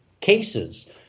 cases